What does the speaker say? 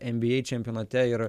nba čempionate ir